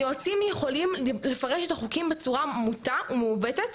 היועצים יכולים לפרש את החוקים בצורה מוטה ומעוותת,